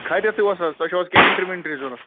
خیرتھٕے اوس حظ توہہِ چھَو حظ کیٚنہہ انٹری ونٹری ضُوٚرَتھ